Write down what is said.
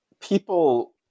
People